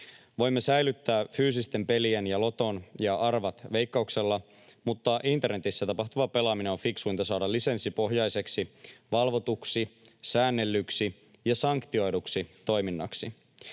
Voimme säilyttää fyysisten pelien ja loton ja arvat Veikkauksella, mutta internetissä tapahtuva pelaaminen on fiksuinta saada lisenssipohjaiseksi, valvotuksi, säännellyksi ja sanktioiduksi toiminnaksi.